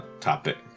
topic